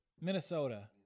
Minnesota